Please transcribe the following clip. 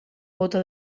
bóta